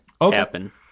happen